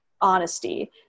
honesty